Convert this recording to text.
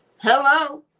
Hello